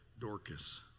Dorcas